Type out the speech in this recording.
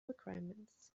requirements